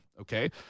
Okay